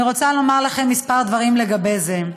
אני רוצה לומר לכם כמה דברים לגבי זה.